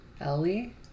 Ellie